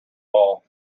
all